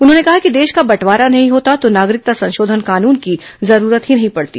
उन्होंने कहा कि देश का बंटवारा नहीं होता तो नागरिकता संशोधन कानून की जरूरत ही नहीं पड़ती